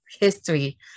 history